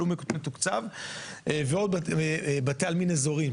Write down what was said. אבל הוא מתוקצב ועוד בתי עלמין אזוריים.